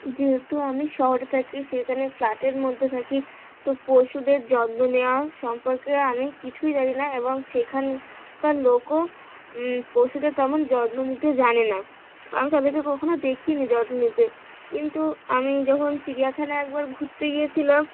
যেহেতু আমি শহরে থাকি সেইখানে ফ্ল্যাটের মধ্যে থাকি তো পশুদের যত্ন নেওয়া সম্পর্কে আমি কিছুই জানি না এবং সেখানকার লোকও পশুদের তেমন যত্ন নিতে জানে না আমি তাদেরকে কখনও দেখিনি যত্ন নিতে কিন্তু আমি যখন চিড়িয়াখানায় একবার ঘুরতে গিয়েছিলাম